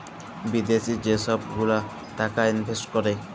বিদ্যাশি যে ছব গুলা টাকা ইলভেস্ট ক্যরে